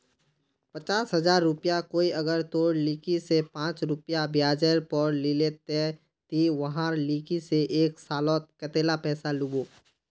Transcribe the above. पचास हजार रुपया कोई अगर तोर लिकी से पाँच रुपया ब्याजेर पोर लीले ते ती वहार लिकी से एक सालोत कतेला पैसा लुबो?